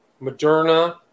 Moderna